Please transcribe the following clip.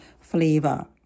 flavor